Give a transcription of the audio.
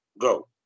go